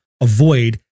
avoid